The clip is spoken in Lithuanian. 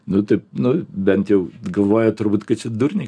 nu tai nu bent jau galvoja turbūt kad čia durniai